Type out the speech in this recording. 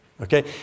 Okay